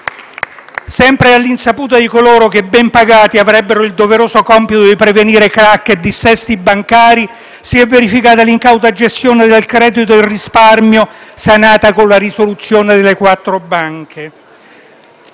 Sempre all'insaputa di coloro che, ben pagati, avrebbero il doveroso compito di prevenire crac e dissesti bancari, si è verificata l'incauta gestione del credito e del risparmio sanata con la risoluzione delle quattro banche.